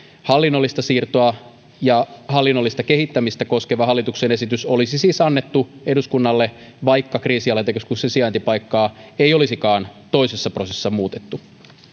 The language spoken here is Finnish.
hallinnollista siirtoa ja hallinnollista kehittämistä koskeva hallituksen esitys olisi siis annettu eduskunnalle vaikka kriisinhallintakeskuksen sijaintipaikkaa ei olisikaan toisessa prosessissa muutettu